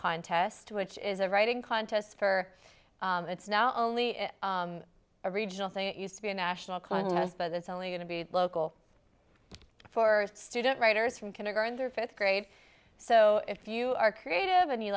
contest which is a writing contest for it's now only a regional thing it used to be a national contest but it's only going to be local for student writers from kindergarten their fifth grade so if you are creative and you